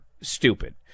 stupid